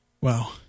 Wow